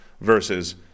versus